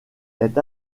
est